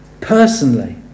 personally